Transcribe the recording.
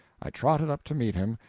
i trotted up to meet him,